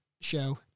show